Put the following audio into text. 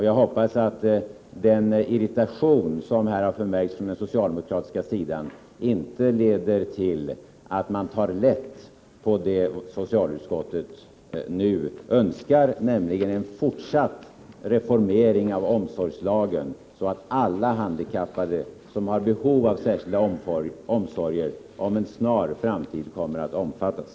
Jag hoppas att den irritation som här har förmärkts från den socialdemokratiska sidan inte leder till att man tar lätt på det som socialutskottet nu önskar, nämligen en fortsatt reformering av omsorgslagen så att alla handikappade som har behov av särskilda åtgärder kommer att omfattas inom en snar framtid.